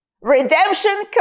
Redemption